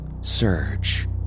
Surge